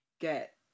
get